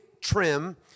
trim